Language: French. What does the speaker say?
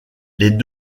les